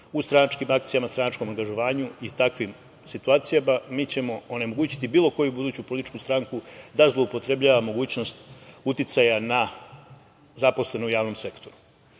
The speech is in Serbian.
u stranačkim akcijama, stranačkom angažovanju i takvim situacijama mi ćemo onemogućiti bilo koju buduću političku stranku da zloupotrebljava mogućnost uticaja na zaposlene u javnom sektoru. Još